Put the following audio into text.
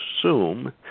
assume